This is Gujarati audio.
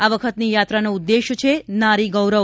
આ વખતની યાત્રાનો ઉદેશ્ય છે નારી ગૌરવ